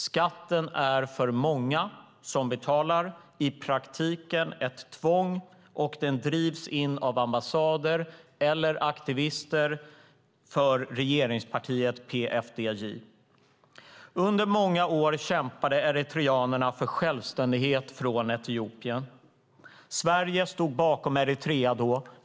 Skatten är för många som betalar i praktiken ett tvång, och den drivs in av ambassader eller aktivister för regeringspartiet PFDJ. Under många år kämpade eritreanerna för självständighet från Etiopien. Sverige stod bakom Eritrea då.